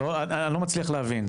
לא מצליח להבין,